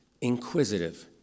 inquisitive